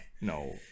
No